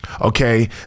Okay